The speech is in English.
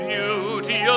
Beauty